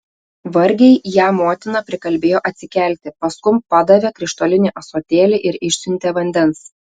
vargiai ją motina prikalbėjo atsikelti paskum padavė krištolinį ąsotėlį ir išsiuntė vandens